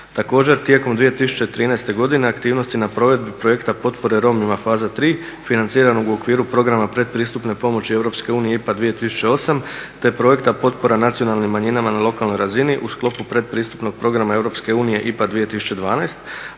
Također tijekom 2013. godine aktivnosti na provedbi projekta Potpore Romima, faza 3, financiranog u okviru programa Pretpristupne pomoći EU IPA 2008, te projekta Potpora nacionalnim manjinama na lokalnoj razini u sklopu Pretpristupnog programa EU IPA 2012.,